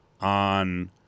on